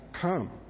come